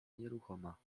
nieruchoma